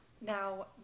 Now